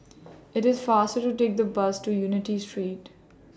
IT IS faster to Take The Bus to Unity Street